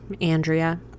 Andrea